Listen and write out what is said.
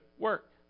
work